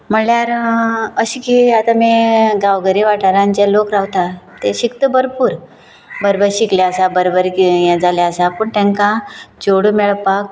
म्हणल्यार अशें की आतां की गांवगिऱ्या वाठारांत जे लोक रावतात ते शिकता भरपूर बर बर शिकले आसात बर बर ये जाल्ले आसात पूण तांकां चेडूं मेळपाक